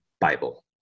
bible